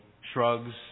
shrugs